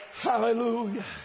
Hallelujah